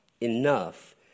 enough